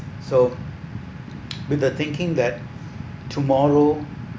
so with the thinking that tomorrow